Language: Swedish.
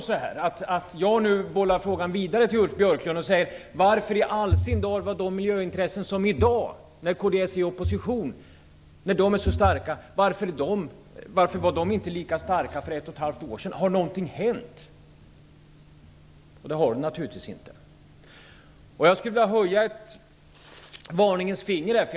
Jag skulle nu kunna bolla frågan vidare till Ulf Björklund och undra varför kds miljöintressen inte var lika starka för ett och ett halvt år sedan som nu när kds är i opposition. Har någonting hänt? Nej, det har det naturligtvis inte. Jag skulle vilja höja ett varningens finger här.